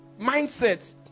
Mindset